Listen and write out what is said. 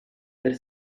per